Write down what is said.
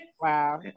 Wow